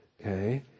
Okay